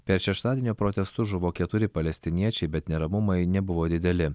per šeštadienio protestus žuvo keturi palestiniečiai bet neramumai nebuvo dideli